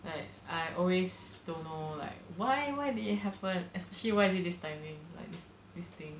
like I always don't know like why why did it happen especially why is it this timing like this this thing